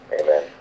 Amen